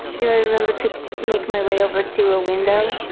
do i remember to make my way over to a window?